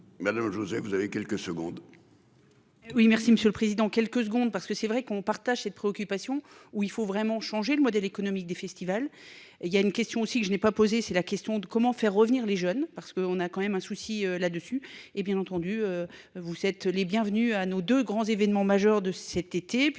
Mario. Vous avez quelques secondes. Oui, merci Monsieur le Président. Quelques secondes parce que c'est vrai qu'on partage cette préoccupation où il faut vraiment changer le modèle économique des festivals et il y a une question aussi que je n'ai pas posé. C'est la question de comment faire revenir les jeunes parce qu'on a quand même un souci là-dessus et, bien entendu. Vous êtes les bienvenus à nos 2 grands événements majeurs de cet été